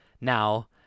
now